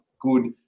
good